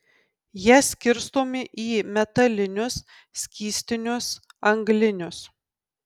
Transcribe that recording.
jie skirstomi į metalinius skystinius anglinius